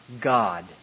God